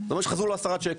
זה אומר שחזרו לו עשרה צ'קים.